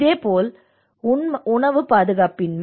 இதேபோல் உணவு பாதுகாப்பின்மை